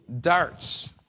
darts